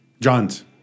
John's